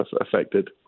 affected